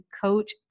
coach